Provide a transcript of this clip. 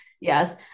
Yes